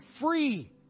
free